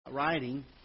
writing